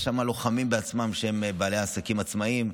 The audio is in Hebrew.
יש שם לוחמים שהם בעצמם בעלי עסקים עצמאים.